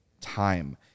time